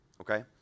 okay